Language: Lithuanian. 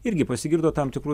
irgi pasigirdo tam tikrų